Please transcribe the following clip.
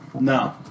No